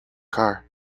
car